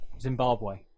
Zimbabwe